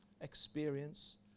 experience